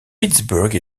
pittsburgh